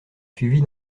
suivi